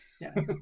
Yes